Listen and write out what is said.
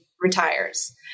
retires